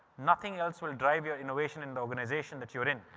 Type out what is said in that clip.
nothing else will drive your innovation in the organisation that you are in.